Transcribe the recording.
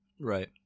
Right